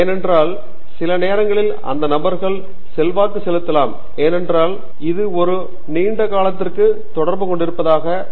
ஏனென்றால் சில நேரங்களில் அந்த நபர்கள் செல்வாக்கு செலுத்தலாம் ஏனென்றால் இது ஒரு நீண்ட காலத்திற்கு நாள் தொடர்பு கொண்டிருப்பதாக நாம் கூறினோம்